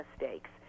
mistakes